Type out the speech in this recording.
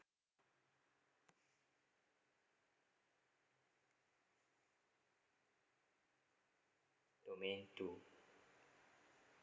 domain two